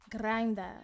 grinder